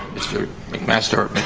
mister mcmaster,